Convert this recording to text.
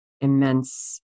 immense